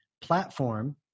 platform